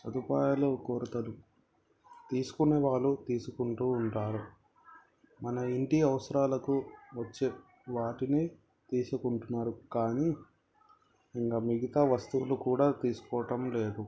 సదుపాయాలు కొరతలు తీసుకునే వాళ్ళు తీసుకుంటు ఉంటారు మన ఇంటి అవసరాలకు వచ్చే వాటిని తీసుకుంటున్నారు కానీ ఇంకా మిగతా వస్తువులు కూడా తీసుకోవటం లేదు